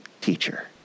teacher